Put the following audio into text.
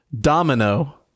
Domino